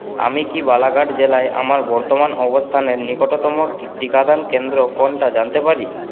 আমি কি বালাঘাট জেলায় আমার বর্তমান অবস্থানের নিকটতম টিকাদান কেন্দ্র কোনটা জানতে পারি